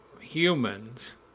humans